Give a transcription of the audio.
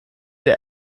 der